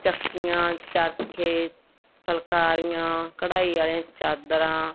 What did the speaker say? ਚੱਕੀਆਂ ਚਰਖੇ ਫੁੱਲਕਾਰੀਆਂ ਕਢਾਈ ਵਾਲੀਆਂ ਚਾਦਰਾਂ